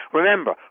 Remember